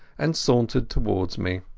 and sauntered towards me.